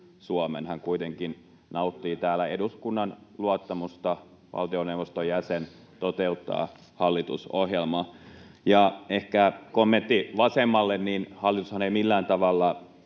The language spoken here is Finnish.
Suomen, hän kuitenkin nauttii täällä eduskunnan luottamusta. Valtioneuvoston jäsen toteuttaa hallitusohjelmaa. Ja ehkä kommentti vasemmalle: Hallitushan ei millään tavalla